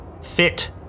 fit